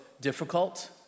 difficult